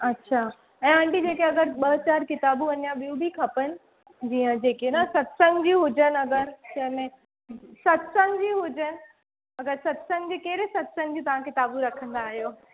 अच्छा ऐं आंटी जेके अगरि ॿ चारि किताबूं अञा ॿियूं बि खपेनि जीअं जेके न सतसंग जूं हुजनि अगरि जंहिं में सतसंग जूं हुजनि अगरि सतसंग जी कहिड़े सतसंग जी तव्हां किताबूं रखंदा आहियो